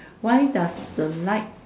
why does the light